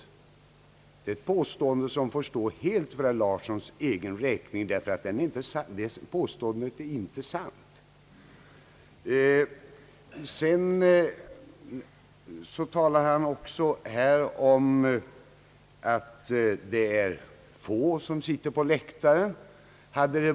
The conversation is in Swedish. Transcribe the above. Det är ett påstående som får stå helt för herr Larssons räkning, ty det är inte sant. Herr Larsson säger att det är få åhörare på läktaren.